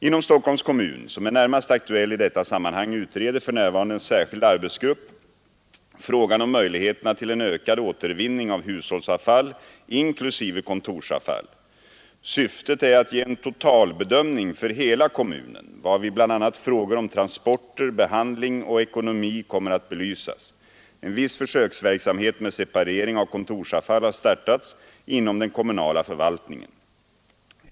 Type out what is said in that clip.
Inom Stockholms kommun — som är närmast aktuell i detta sammanhang — utreder för närvarande en särskild arbetsgrupp frågan om möjligheterna till en ökad återvinning av hushållsavfall, inklusive kontorsavfall. Syftet är att ge en totalbedömning för hela kommunen, varvid bl.a. frågor om transporter, behandling och ekonomi kommer att belysas. En viss försöksverksamhet med separering av kontorsavfall har startats inom den kommunala förvaltningen.